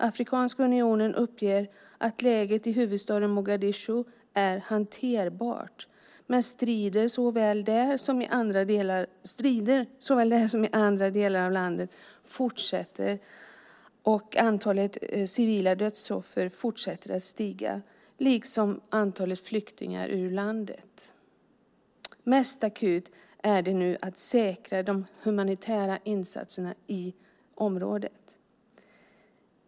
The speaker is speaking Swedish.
Afrikanska unionen uppger att läget i huvudstaden Mogadishu är hanterbart, men strider såväl där som i andra delar av landet fortsätter, och antalet civila dödsoffer fortsätter att stiga liksom antalet flyktingar ut ur landet. Mest akut är det nu att säkra de humanitära insatserna i området.